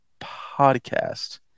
podcast